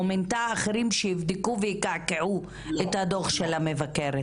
או מינתה אחרים שיבדקו ויקעקעו את הדוח של המבקרת.